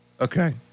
Okay